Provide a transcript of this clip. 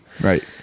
right